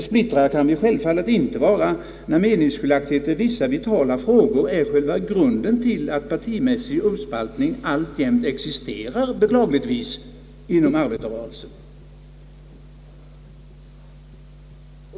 Splittrare kan vi självfallet inte vara, när meningsskiljaktigheter i vissa vitala frågor är själva grunden till att en partimässig uppspaltning <:beklagligtvis = alltjämt existerar inom arbetarrörelsen.